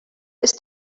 ist